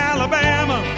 Alabama